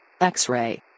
X-ray